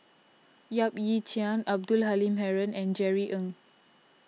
Yap Ee Chian Abdul Halim Haron and Jerry Ng